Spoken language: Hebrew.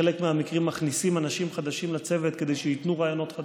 בחלק מהמקרים מכניסים אנשים חדשים לצוות כדי שייתנו רעיונות חדשים.